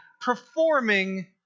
performing